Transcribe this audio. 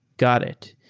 got it.